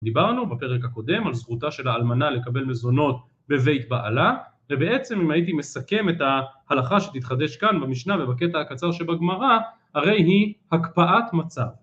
דיברנו בפרק הקודם על זכותה של האלמנה לקבל מזונות בבית בעלה, ובעצם אם הייתי מסכם את ההלכה שתתחדש כאן במשנה ובקטע הקצר שבגמרא, הרי היא הקפאת מצב.